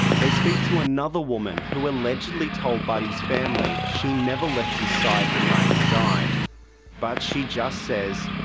they speak to another woman who allegedly told buddy's family she never left his side the night he died but she just says,